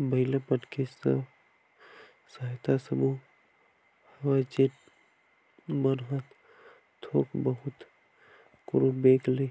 महिला मन के स्व सहायता समूह हवय जेन मन ह थोक बहुत कोनो बेंक ले